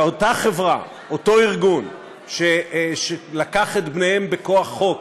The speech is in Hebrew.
ואותה חברה אותו ארגון שלקח את בניהן בכוח חוק